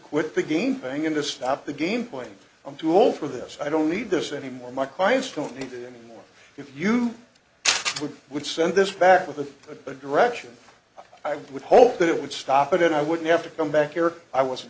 quit the game playing into stop the game point i'm too old for this i don't need this anymore my clients don't need it anymore if you would would send this back with a direction i would hope that it would stop it and i wouldn't have to come back here i was